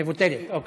מבוטלת, אוקיי.